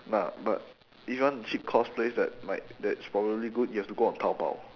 but but if you want cheap cosplays that might that's probably good you have to go on taobao